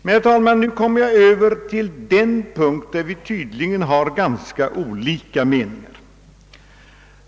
Men, herr talman, nu kommer jag över till den punkt där vi tydligen har ganska skilda uppfattningar.